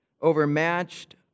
overmatched